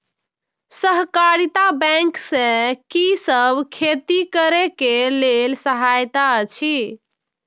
सहकारिता बैंक से कि सब खेती करे के लेल सहायता अछि?